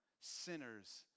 sinners